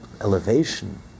elevation